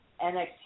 NXT